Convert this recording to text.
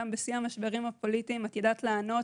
גם בשיא המשברים הפוליטיים ידעת לענות